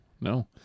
No